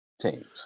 teams